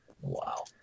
Wow